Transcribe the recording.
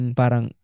parang